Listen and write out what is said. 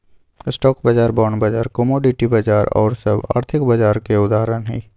stock बाजार, bond बाजार, commodity बाजार आउर सभ आर्थिक बाजार के उदाहरण हइ